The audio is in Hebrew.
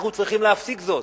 אנחנו צריכים להפסיק זאת.